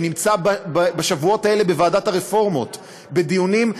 שנמצא בשבועות האלה בוועדת הרפורמות בדיונים,